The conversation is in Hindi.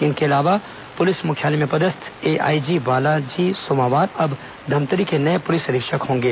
इनके अलावा पुलिस मुख्यालय में पदस्थ एआईजी बालाजी सोमावार अब धमतरी के नए पुलिस अधीक्षक होंगे